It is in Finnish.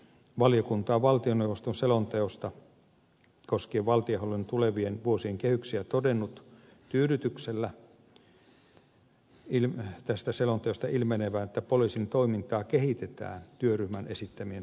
valiokunta on valtioneuvoston selonteosta koskien valtionhallinnon tulevien vuosien kehyksiä todennut tyydytyksellä tästä selonteosta ilmenevän että poliisin toimintaa kehitetään työryhmän esittämien toimenpiteiden pohjalta